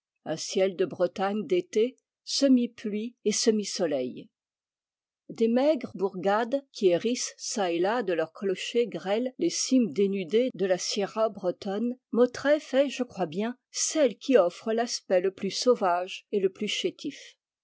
un ciel de bretagne d'été semi pluie et semi soleil des maigres bourgades qui hérissent çà et là de leur clocher grêle les cimes dénudées de la sierra bretonne motreff est je crois bien celle qui offre l'aspect le plus sauvage et le plus chétif